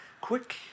quick